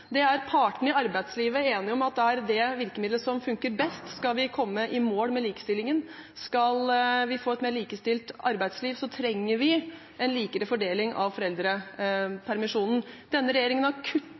Partene i arbeidslivet er enige om at det er det virkemiddelet som fungerer best. Skal vi komme i mål med likestillingen, og skal vi få et mer likestilt arbeidsliv, trenger vi en mer lik fordeling av foreldrepermisjonen. Denne regjeringen har